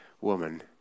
Woman